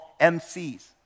MCs